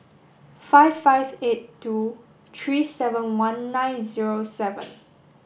five five eight two three seven one nine zero seven